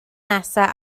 nesaf